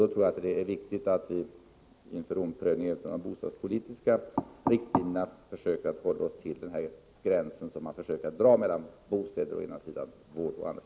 Jag tror att det är viktigt att vid prövning av de bostadspolitiska riktlinjerna sträva efter att hålla sig till den gräns som man har försökt dra mellan bostäder å den ena sidan och vård å den andra.